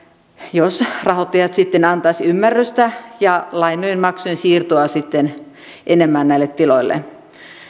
jos rahoittajat sitten antaisivat ymmärrystä ja lainojen maksujen siirtoa enemmän näille tiloille